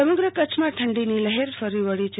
હવા માન સમગ્ર કચ્છમાં ઠંડીની લહેર ફરી વળી છે